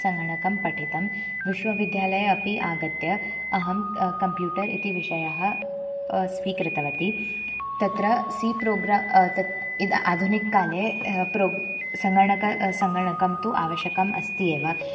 सङ्गणकं पठितं विश्वविद्यालये अपि आगत्य अहं कम्प्यूटर् इति विषयः स्वीकृतवती तत्र सि प्रोग्र तत् इद् आधुनिककाले प्रोग् सङ्गणकं सङ्गणकं तु आवश्यकम् अस्ति एव